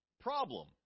problem